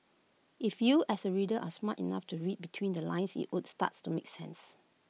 if you as the reader are smart enough to read between the lines IT would starts to make sense